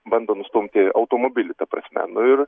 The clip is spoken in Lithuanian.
bando nustumti automobilį ta prasme nu ir